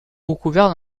recouvert